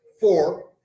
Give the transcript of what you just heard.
four